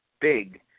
big